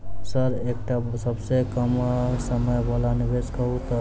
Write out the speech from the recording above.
Sir एकटा सबसँ कम समय वला निवेश कहु तऽ?